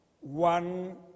one